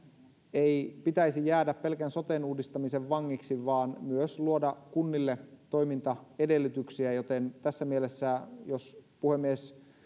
ei pitäisi jäädä pelkän soten uudistamisen vangiksi vaan myös luoda kunnille toimintaedellytyksiä joten tässä mielessä jos puhemies